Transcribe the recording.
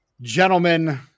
Gentlemen